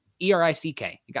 E-R-I-C-K